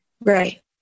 Right